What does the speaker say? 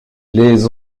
les